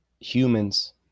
humans